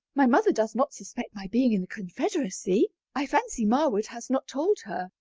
my mother does not suspect my being in the confederacy? i fancy marwood has not told her,